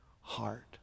heart